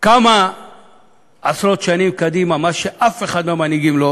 כמה עשרות שנים קדימה מה שאף אחד מהמנהיגים לא